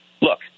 look